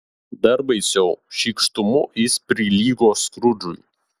dar baisiau šykštumu jis prilygo skrudžui